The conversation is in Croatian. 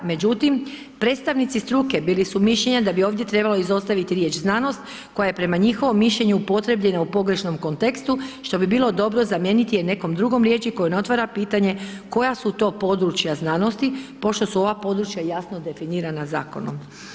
Međutim, predstavnici struke bili su mišljenja da bi ovdje trebalo izostaviti riječ znanost, koja je prema njihovom mišljenju, upotrijebljena u pogrešnom kontekstu, što bi bilo dobro zamijeniti je nekom drugom riječi koja ne otvara pitanje koja su to područja znanosti, pošto su ova područja jasno definirana Zakonom.